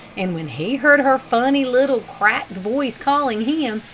and when he heard her funny, little, cracked voice calling him,